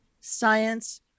science